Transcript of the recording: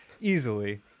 easily